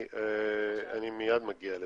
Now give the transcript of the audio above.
אני מייד מגיע לזה.